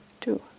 two